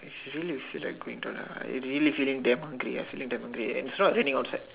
if you really feel like going toilet ah I really feeling damn hungry I feel like damn hungry and it's not raining outside